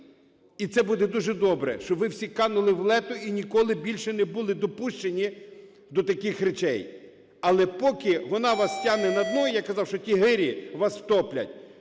і це буде дуже добре, що ви всі канули в Лету і ніколи більше не були допущені до таких речей. Але поки вона вас тягне на дно, і я казав, що ті гирі вас втоплять.